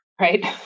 right